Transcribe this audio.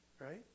right